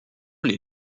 les